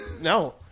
no